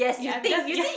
ya I'm just ya